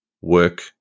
work